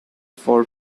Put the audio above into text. for